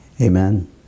Amen